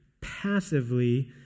passively